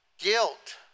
Guilt